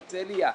הרצליה,